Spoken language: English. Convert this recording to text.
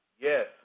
yes